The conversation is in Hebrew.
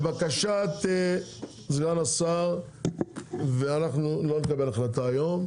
לבקשת סגן השר אנחנו לא נקבל החלטה היום,